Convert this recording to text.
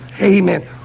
Amen